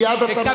מייד אתה מדבר.